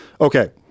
Okay